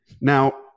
Now